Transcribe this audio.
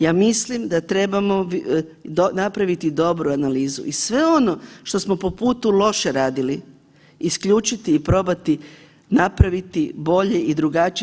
Ja mislim da trebamo napraviti dobru analizu i sve ono što smo po putu loše radili, isključiti i probati napraviti bolje i drugačije.